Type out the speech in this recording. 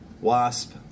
Wasp